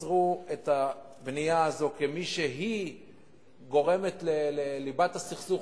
יצרו את הבנייה הזאת כמי שגורמת לליבת הסכסוך,